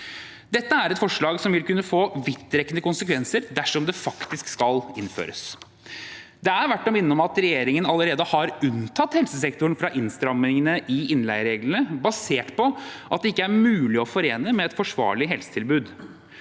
Dette er et forslag som vil kunne få vidtrekkende konsekvenser dersom det faktisk skal innføres. Det er verdt å minne om at regjeringen allerede har unntatt helsesektoren fra innstrammingene i innleiereglene, basert på at det ikke er mulig å forene med et forsvarlig helsetilbud.